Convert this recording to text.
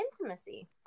intimacy